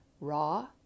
raw